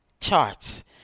charts